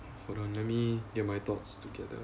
phoronomy then my thoughts together